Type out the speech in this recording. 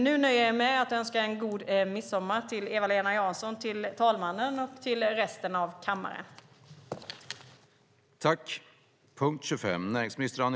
Nu nöjer jag mig med att önska en glad midsommar till Eva-Lena Jansson, talmannen och resten av kammaren.